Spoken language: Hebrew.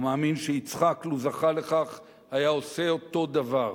ומאמין שיצחק, לו זכה לכך, היה עושה אותו דבר,